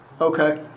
Okay